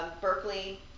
Berkeley